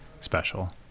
special